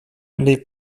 les